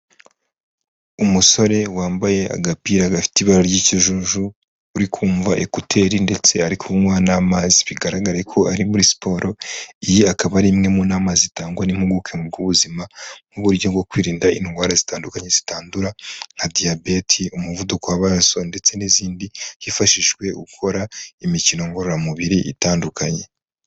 Umusore wambaye agapira gafite ibara ry'ikijuju, urikumva ekuteri ndetse ari kunywa n'amazi bigaragare ko ari muri siporo, iyi akaba ari imwe mu nama zitangwa n'impuguke mu by'ubuzima, nk'uburyo bwo kwirinda indwara zitandukanye zitandura nka diyabeti, umuvuduko w'amaraso ndetse n'izindi, hifashishijwe gukora imikino ngororamubiri itandukanye.